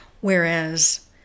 Whereas